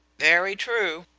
very true.